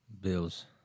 Bills